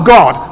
God